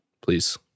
please